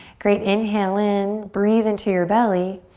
great, inhale in. breathe into your belly.